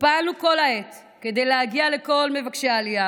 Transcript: פעלנו כל העת כדי להגיע לכל מבקשי העלייה,